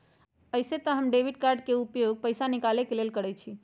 अइसे तऽ हम डेबिट कार्ड के उपयोग पैसा निकाले के लेल करइछि